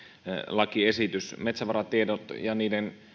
lakiesitys metsävaratietojen